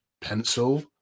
pencil